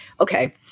Okay